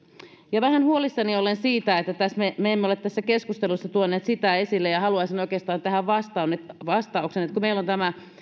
ja vähän huolissani olen siitä että me emme ole tässä keskustelussa tuoneet sitä esille ja haluaisin oikeastaan tähän vastauksen että kun meillä on tämä